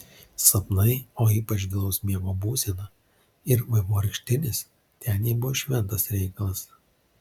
sapnai o ypač gilaus miego būsena ir vaivorykštinis ten jai buvo šventas reikalas